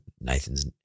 Nathan's